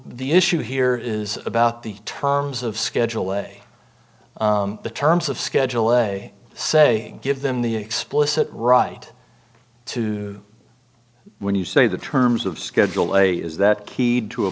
the issue here is about the terms of schedule way the terms of schedule a say give them the explicit right to when you say the terms of schedule a is that keyed to a